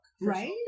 Right